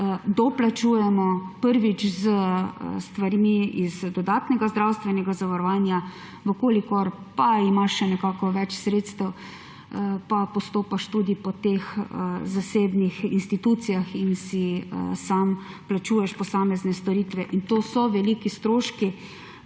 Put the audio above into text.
doplačujemo, prvič, s stvarmi iz dodatnega zdravstvenega zavarovanja, če pa imaš še nekako več sredstev, pa postopaš tudi po teh zasebnih institucijah in si sam plačuješ posamezne storitve. In to so veliki stroški